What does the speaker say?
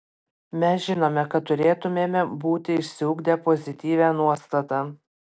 mes žinome kad turėtumėme būti išsiugdę pozityvią nuostatą